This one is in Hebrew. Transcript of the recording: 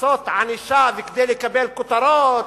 לעשות ענישה כדי לקבל כותרות,